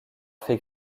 fait